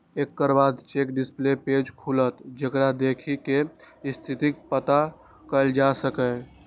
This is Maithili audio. एकर बाद चेक डिस्प्ले पेज खुलत, जेकरा देखि कें स्थितिक पता कैल जा सकैए